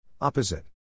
Opposite